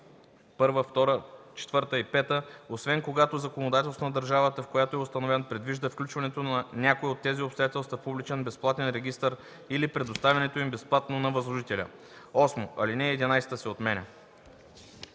ал. 2, т. 1, 2, 4 и 5, освен когато законодателството на държавата, в която е установен, предвижда включването на някое от тези обстоятелства в публичен безплатен регистър или предоставянето им безплатно на възложителя.” 8. Алинея 11 се отменя.”